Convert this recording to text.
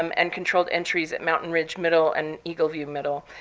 um and controlled entries at mountain ridge middle and eagle view middle.